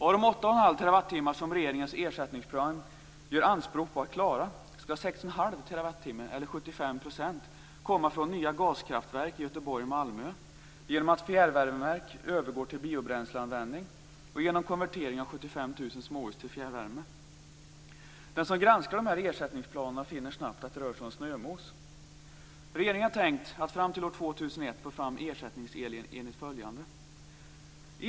Av de 81⁄2 TWh som regeringens ersättningsplan gör anspråk på att klara skall 61⁄2 TWh eller 75 % komma från nya gaskraftverk i Göteborg och Malmö genom att fjärrvärmeverk övergår till biobränsleanvändning och genom konvertering av 75 000 småhus till fjärrvärme. Den som granskar dessa ersättningsplaner finner snabbt att det rör sig om snömos. Regeringen har tänkt att fram till år 2001 få fram ersättningsel enligt följande.